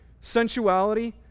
sensuality